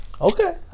Okay